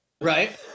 right